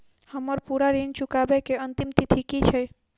हम्मर पूरा ऋण चुकाबै केँ अंतिम तिथि की छै?